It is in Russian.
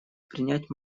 принять